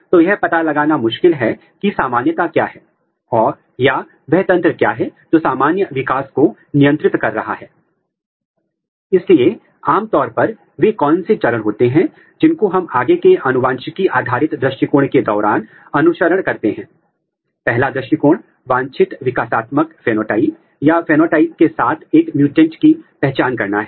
तो इस पद्धति का उपयोग आप मैसेंजर आरएनए की पहचान करने के लिए कर सकते हैं जिसका अर्थ है कि आप ऊतक विशिष्ट तरीके से ट्रांसक्रिप्शनल जीन गतिविधि को पहचान सकते हैं